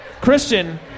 Christian